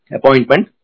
appointment